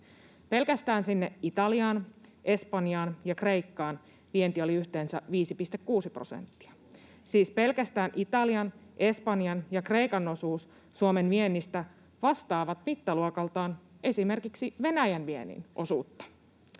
Pelkästään sinne Italiaan, Espanjaan ja Kreikkaan vienti oli yhteensä 5,6 prosenttia — siis pelkästään Italian, Espanjan ja Kreikan osuus Suomen viennistä vastaa mittaluokaltaan esimerkiksi Venäjän viennin osuutta.